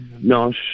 no